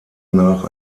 nach